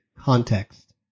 Context